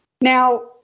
Now